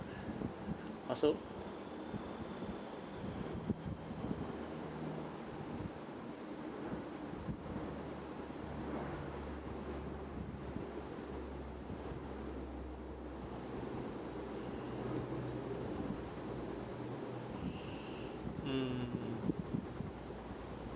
also hmm